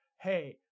hey